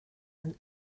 and